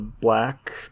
black